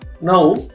Now